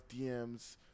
DMs